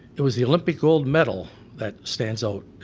it was the olympic gold medal that stands out,